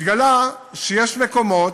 התגלה שיש מקומות,